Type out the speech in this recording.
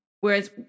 Whereas